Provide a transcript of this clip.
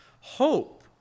hope